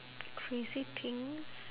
crazy things